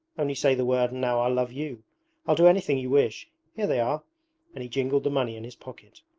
only say the word and now i'll love you i'll do anything you wish. here they are and he jingled the money in his pocket.